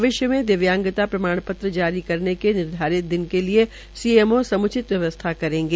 भविष्य में दिव्यांगता प्रमाण पत्र जारी करने के निर्धारित दिन के लिये सीएमओ सम्चित व्यवस्था करेंगे